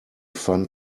fun